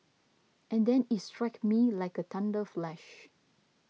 and then it struck me like a thunder flash